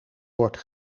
wordt